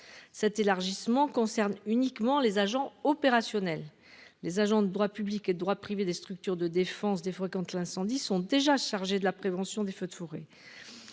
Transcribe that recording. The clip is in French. Cet élargissement concerne uniquement les agents opérationnels. Les agents de droit public droit privé des structures de défense des fois quand tu l'incendie sont déjà chargé de la prévention des feux de forêt.